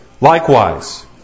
Likewise